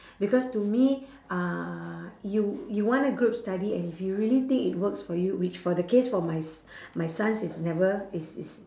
because to me uh you you wanna group study and if you really think it works for you which for the case for my s~ my sons it's never it's it's